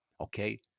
Okay